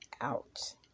out